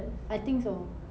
I think so